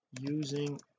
using